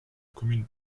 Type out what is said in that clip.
commune